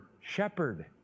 shepherd